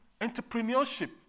entrepreneurship